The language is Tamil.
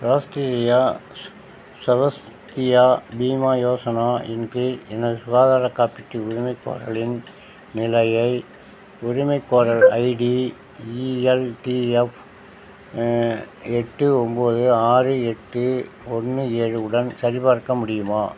ராஷ்டிரியா ஸ் சொவஸ்தியா பீமா யோசனா இன் கீழ் எனது சுகாதார காப்பீட்டு உரிமைக் கோரலின் நிலையை உரிமைக் கோரல் ஐடி இஎல்டிஎஃப் எட்டு ஒன்போது ஆறு எட்டு ஒன்று ஏழு உடன் சரிபார்க்க முடியுமா